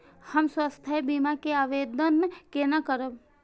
हम स्वास्थ्य बीमा के आवेदन केना करब?